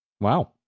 Wow